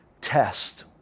test